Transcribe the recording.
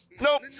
nope